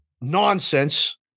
Nonsense